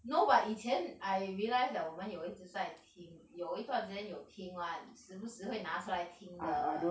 no but 以前 I realise that 我们有一直在听有一段时间有听 [one] 只是只会拿出来听 the